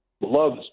loves